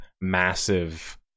massive